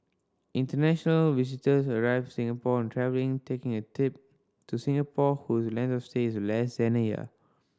international visitors arrivals Singapore and travelling taking a tip to Singapore whose length of stay is less than a year